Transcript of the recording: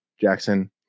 Jackson